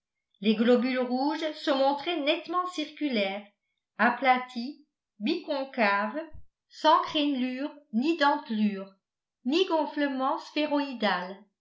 les globules rouges se montraient nettement circulaires aplatis biconcaves sans crénelures ni dentelures ni gonflement sphéroïdal